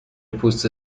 پوست